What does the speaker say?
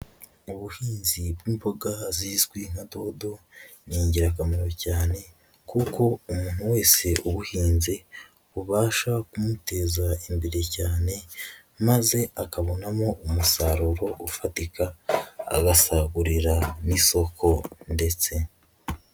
Ubuhinzi bw'imboga zizwi nka dodo ni ingirakamaro cyane kuko umuntu wese ubuhinzi bubasha kumuteza imbere cyane, maze akabonamo umusaruro ufatika agasagurira n'isoko ndetse.